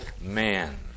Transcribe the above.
man